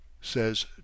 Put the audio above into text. says